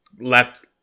left